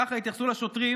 ככה התייחסו לשוטרים